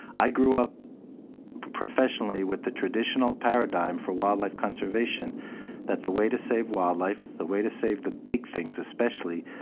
i grew up professionally with the traditional paradigm for wildlife conservation that the way to save wildlife, the way to save the big things, especially,